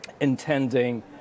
intending